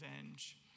revenge